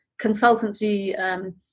consultancy